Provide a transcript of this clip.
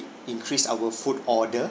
increase our food order